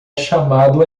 chamado